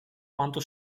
quanto